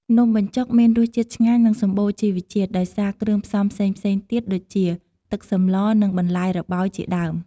នំបញ្ចុកមានរសជាតិឆ្ងាញ់និងសម្បូរជីវជាតិដោយសារគ្រឿងផ្សំផ្សេងៗទៀតដូចជា ទឹកសម្ល និងបន្លែរបោយជាដើម។